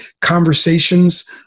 conversations